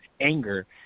anger